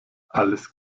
alles